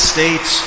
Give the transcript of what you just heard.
States